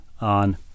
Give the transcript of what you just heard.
on